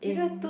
in